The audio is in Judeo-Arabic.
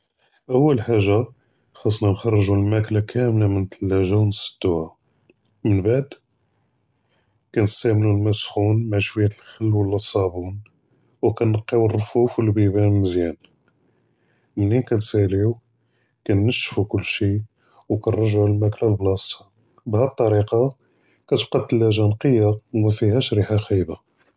אול חאגה חאצנא נכ'רג'ו אלמאכלא כמלא מן אתלאג'ה ונסדוהא, מןבעד כנסתעמלו אלמא אסק'ון מע שויה ד אלחל ולא אלצאבון וננקיו אלרפוא'ף ואלביבאן מזיאן, מלי כנסאליו כנשפו כלשי וכנרג'עו אלמאכלא לבלאסתהא, בהאד אלטריקא כתבקי אתלאג'ה נקיה ומאפיהאש ריחה חאיבה.